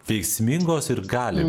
veiksmingos ir gali